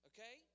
Okay